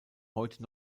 heute